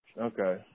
Okay